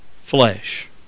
flesh